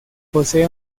posee